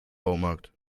baumarkt